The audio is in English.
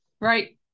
Right